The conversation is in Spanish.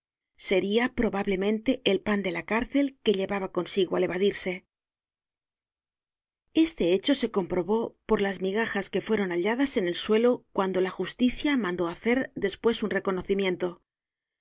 seria probablemente el pan de la cárcel que llevaba consigo al evadirse este hecho se comprobó por las migajas que fueron halladas en el suelo cuando la justicia mandó hacer despues un reconocimiento